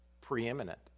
preeminent